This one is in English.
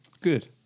good